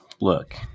Look